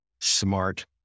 smart